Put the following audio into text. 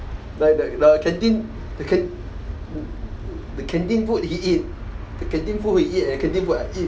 like the the canteen the the canteen food he eat the canteen food he eat and I eat